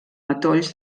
matolls